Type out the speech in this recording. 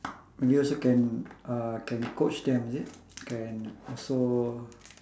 maybe also can uh can coach them is it can also